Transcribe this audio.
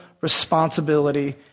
responsibility